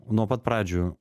nuo pat pradžių